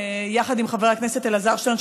יחד עם חבר הכנסת אלעזר שטרן,